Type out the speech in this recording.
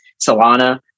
Solana